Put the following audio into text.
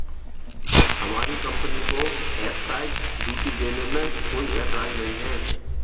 हमारी कंपनी को excise duty देने में कोई एतराज नहीं है